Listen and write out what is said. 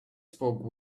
spoke